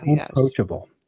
approachable